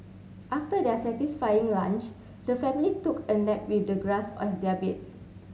after their satisfying lunch the family took a nap with the grass as their bed